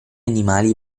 animali